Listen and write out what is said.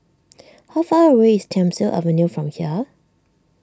how far away is Thiam Siew Avenue from here